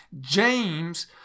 James